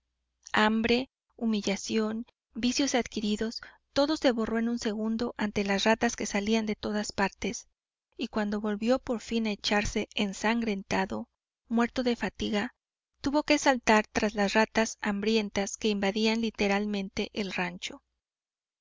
hambre humillación vicios adquiridos todo se borró en un segundo ante las ratas que salían de todas partes y cuando volvió por fin a echarse ensangrentado muerto de fatiga tuvo que saltar tras las ratas hambrientas que invadían literalmente el rancho